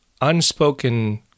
unspoken